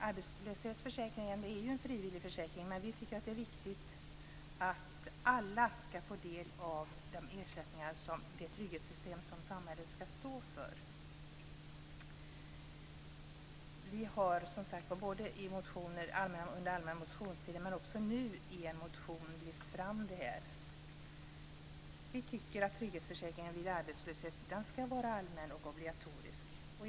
Arbetslöshetsförsäkringen är ju en frivillig försäkring, men vi tycker att det är viktigt att alla får del av ersättningar från det trygghetssystem som samhället ska stå för. I motioner från den allmänna motionstiden och även i en motion nu har vi lyft fram detta. Vi tycker att trygghetsförsäkringen vid arbetslöshet ska vara allmän och obligatorisk.